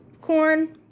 corn